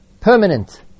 permanent